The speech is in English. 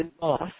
boss